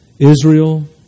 Israel